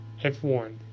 F1